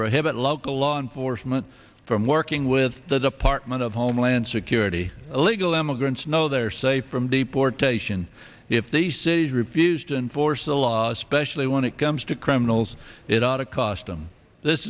prohibit local law enforcement from working with the department of homeland security illegal immigrants know they're safe from deportation if the city's refused to enforce the law especially when it comes to criminals it ought to cost them this